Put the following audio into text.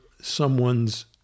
someone's